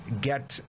get